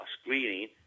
screening